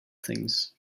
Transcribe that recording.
things